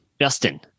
Justin